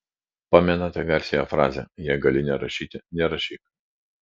pamenate garsiąją frazę jei gali nerašyti nerašyk